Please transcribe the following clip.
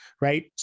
right